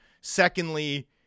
Secondly